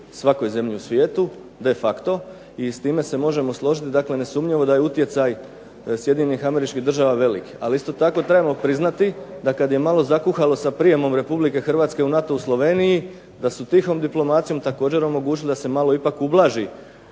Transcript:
svakoj zemlji u svijetu de facto i s time se možemo složiti. Dakle nesumnjivo da je utjecaj SAD velik. Ali isto tako trebamo priznati da kada je malo zakuhalo sa prijemom Republike Hrvatske u NATO u Sloveniji da su tihom diplomacijom također omogućili da se ipak malo ublaži